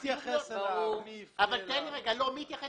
מי התייחס אל מי פה זה לא תשובה.